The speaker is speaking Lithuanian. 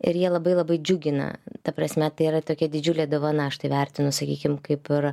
ir jie labai labai džiugina ta prasme tai yra tokia didžiulė dovana aš tai vertinu sakykim kaip ir